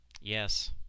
Yes